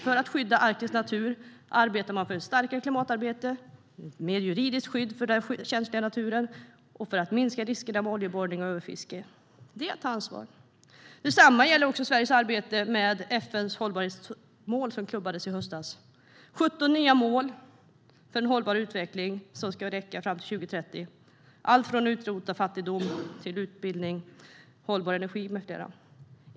För att skydda Arktis natur arbetar man för ett starkare klimatarbete, för mer juridiskt skydd för den känsliga naturen och för att minska riskerna med oljeborrning och överfiske. Det är att ta ansvar. Detsamma gäller också Sveriges arbete med FN:s hållbarhetsmål som klubbades i höstas. Det är 17 nya mål för en hållbar utveckling som ska räcka fram till 2030. Det är allt från att utrota fattigdom till utbildning, hållbar energi med flera.